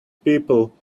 people